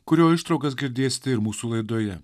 kurio ištraukas girdėsite ir mūsų laidoje